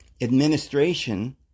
administration